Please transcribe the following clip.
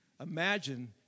Imagine